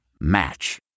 Match